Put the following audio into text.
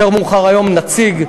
יותר מאוחר היום נציג.